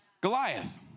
Goliath